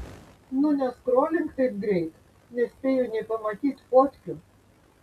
nu neskrolink taip greit nespėju nė pamatyt fotkių